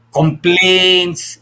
complaints